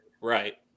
right